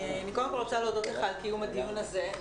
אני קודם כול רוצה להודות על קיום הדיון הזה.